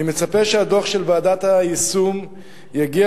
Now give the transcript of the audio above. אני מצפה שהדוח של ועדת היישום יגיע